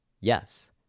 Yes